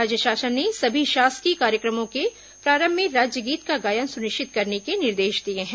राज्य शासन ने सभी शासकीय कार्यक्रमों के प्रारंभ में राज्य गीत का गायन सुनिश्चित करने के निर्देश दिए हैं